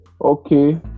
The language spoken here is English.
okay